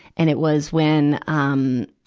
and it was when, um,